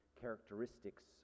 characteristics